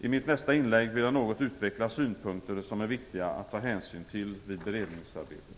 I mitt nästa inlägg vill jag något utveckla synpunkter som är viktiga att ta hänsyn till vid beredningsarbetet.